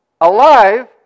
alive